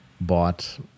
bought